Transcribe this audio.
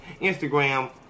Instagram